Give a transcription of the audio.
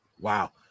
wow